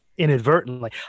inadvertently